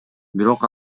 бирок